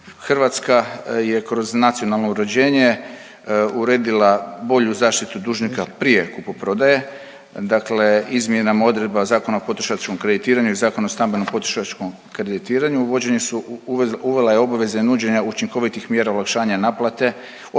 Hrvatska je kroz nacionalno uređenje uredila bolju zaštitu dužnika prije kupoprodaje. Dakle, izmjenama odredba Zakona o potrošačkom kreditiranju i Zakona o stambenom potrošačkom kreditiranju uvela je obveze nuđenja učinkovitih mjera olakšanja naplate,